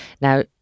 Now